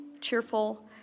cheerful